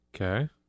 Okay